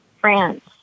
France